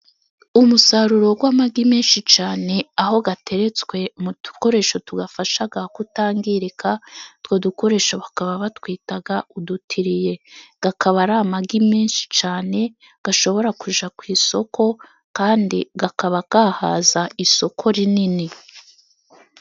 Umusaruro w'amagi menshi cyane ,aho yateretswe mu dukoresho tuyafasha kutangirika. Utwo dukoresho bakaba batwita udutireye kakaba ari amagi menshi cyane ashobora kujya ku isoko, kandi akaba yahaza isoko rinini.